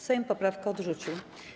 Sejm poprawkę odrzucił.